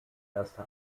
erste